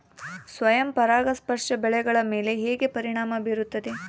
ಸ್ವಯಂ ಪರಾಗಸ್ಪರ್ಶ ಬೆಳೆಗಳ ಮೇಲೆ ಹೇಗೆ ಪರಿಣಾಮ ಬೇರುತ್ತದೆ?